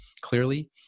clearly